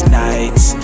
nights